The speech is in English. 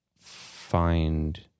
find